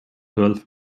twelve